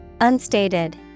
Unstated